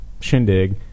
shindig